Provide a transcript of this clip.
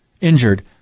injured